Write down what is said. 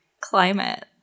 climate